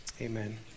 amen